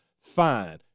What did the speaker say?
fine